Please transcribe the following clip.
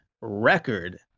record